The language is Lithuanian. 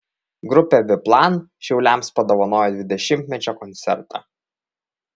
grupė biplan šiauliams padovanojo dvidešimtmečio koncertą